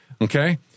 Okay